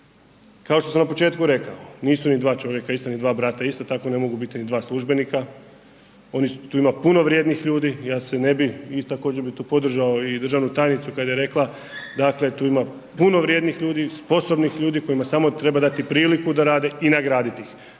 Kao što sam na početku rekao, nisu ni dva čovjeka ista ni dva brata ista, tako ne mogu biti ni dva službenika, tu ima puno vrijednih ljudi, ja se ne bi i također bi tu podržao i državnu tajnicu kad je rekla dakle da tu ima puno vrijednih ljudi, sposobnih ljudi kojima samo treba dati priliku da rade i nagraditi ih.